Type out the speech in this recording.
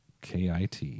KIT